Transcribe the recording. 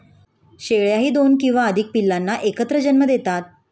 शेळ्याही दोन किंवा अधिक पिल्लांना एकत्र जन्म देतात